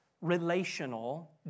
relational